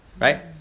Right